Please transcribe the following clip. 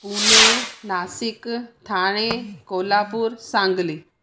Pune Nashik Thane Kolhapur Sangli